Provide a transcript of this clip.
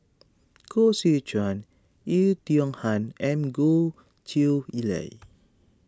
Koh Seow Chuan Oei Tiong Ham and Goh Chiew Lye